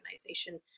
organization